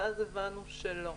ואז הבנו שלא,